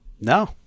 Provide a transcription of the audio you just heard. No